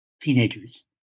teenagers